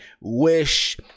Wish